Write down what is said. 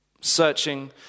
Searching